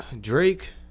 Drake